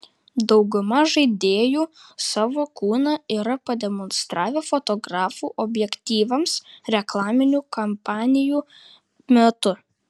dauguma žaidėjų savo kūną yra pademonstravę fotografų objektyvams reklaminių kampanijų metu